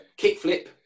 kickflip